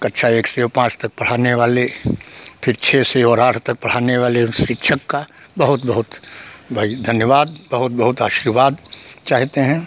कक्षा एक से ओ पाँच तक पढ़ाने वाले फ़िर छः से और आठ तक पढ़ाने वाले उन शिक्षक का बहुत बहुत भई धन्यवाद बहुत बहुत आशीर्वाद चाहते हैं